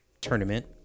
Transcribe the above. tournament